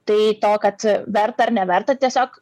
tai to kad verta ar neverta tiesiog